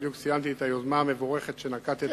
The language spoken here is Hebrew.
אני בדיוק ציינתי את היוזמה המבורכת שנקטת